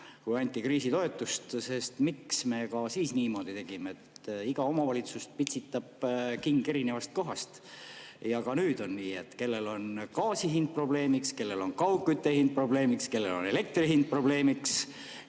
kui anti kriisitoetust. Miks me siis niimoodi tegime? Iga omavalitsust pitsitab king erinevast kohast. Ka nüüd on nii: kellel on gaasi hind probleemiks, kellel on kaugkütte hind probleemiks, kellel on elektri hind probleemiks,